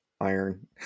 Iron